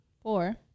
Four